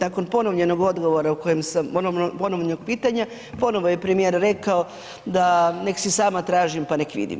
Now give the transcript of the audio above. Nakon ponovljenog odgovor o kojem sam, ponovljenog pitanja ponovo je premijer rekao da neka si sama tražim pa neka vidim.